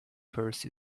purse